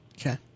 Okay